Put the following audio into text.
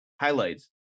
Highlights